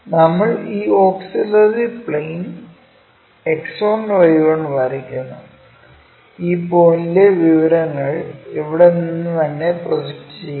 നമ്മൾ ഈ auxiliary plane X1Y1 വരയ്ക്കുന്നു ഈ പോയിന്റിലെ വിവരങ്ങൾ ഇവിടെ നിന്ന് തന്നെ പ്രൊജക്റ്റ് ചെയ്യുക